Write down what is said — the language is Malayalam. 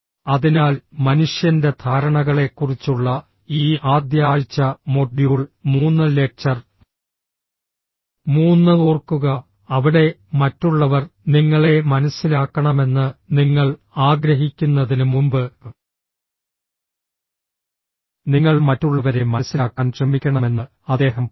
അതിനാൽ മനുഷ്യന്റെ ധാരണകളെക്കുറിച്ചുള്ള ഈ ആദ്യ ആഴ്ച മൊഡ്യൂൾ 3 ലെക്ചർ 3 ഓർക്കുക അവിടെ മറ്റുള്ളവർ നിങ്ങളെ മനസ്സിലാക്കണമെന്ന് നിങ്ങൾ ആഗ്രഹിക്കുന്നതിന് മുമ്പ് നിങ്ങൾ മറ്റുള്ളവരെ മനസിലാക്കാൻ ശ്രമിക്കണമെന്ന് അദ്ദേഹം പറയുന്നു